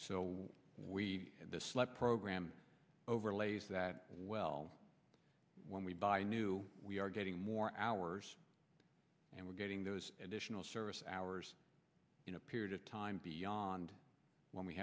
so we the sled program overlays that well when we buy new we are getting more hours and we're getting those additional service hours in a period of time beyond when we